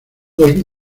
dos